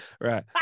Right